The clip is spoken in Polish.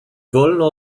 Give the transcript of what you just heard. wolno